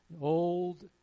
Old